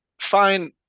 fine